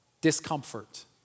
discomfort